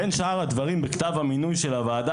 בין שאר הדברים בכתב המינוי של הוועדה,